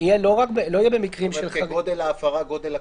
לא יהיה במקרים של --- כגודל ההפרה גודל הקנס?